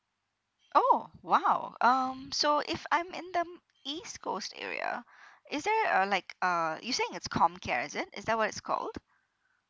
oh !wow! um so if I'm in the east coast area is there a like uh you're saying it's comcare is it is that what it's called